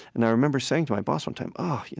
and i remember saying to my boss one time, oh,